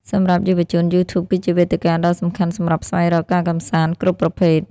សម្រាប់យុវជន YouTube គឺជាវេទិកាដ៏សំខាន់សម្រាប់ស្វែងរកការកម្សាន្តគ្រប់ប្រភេទ។